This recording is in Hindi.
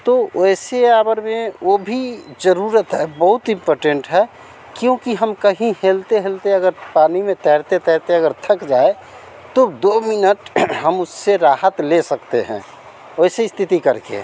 तो वैसे आवर में वह भी ज़रूरत है बहुत इम्पोटेंट है क्योंकि हम कहीं हिलते हिलते अगर पानी में तैरते तैरते अगर थक जाए तो दो मिनट हम उससे राहत ले सकते हैं वैसे स्थिति करके